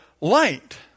light